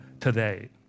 today